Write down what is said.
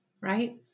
right